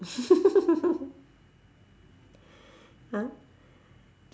!huh!